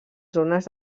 zones